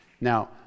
Now